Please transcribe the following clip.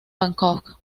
bangkok